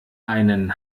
einen